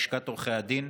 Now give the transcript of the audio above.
לשכת עורכי הדין,